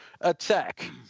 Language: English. Attack